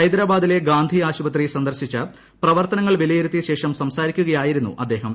ഹൈദരാബാദിലെ ഗാന്ധി ആശുപത്രി സന്ദർശിച്ച് പ്രവർത്തനങ്ങൾ വിലയിരുത്തിയ ശേഷം സംസാരിക്കുകയായിരുന്നു അദ്ദേഹം